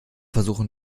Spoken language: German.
versuchen